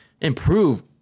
improve